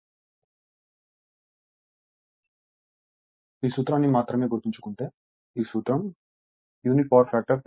కాబట్టి ఈ సూత్రాన్ని మాత్రమే గుర్తుంచుకుంటే ఈ సూత్రంకాబట్టి యూనిటీ పవర్ ఫ్యాక్టర్ ∅2 '0'